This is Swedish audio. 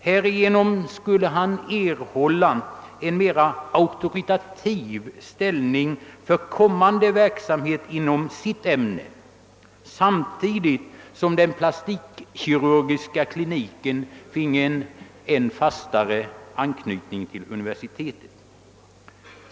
Härigenom skulle han erhålla en mera auktoritativ ställning för kommande verksamhet inom sitt ämne samtidigt som den plastikkirurgiska kliniken finge en fastare anknytning till universitetet.